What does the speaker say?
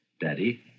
Daddy